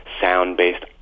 sound-based